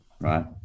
right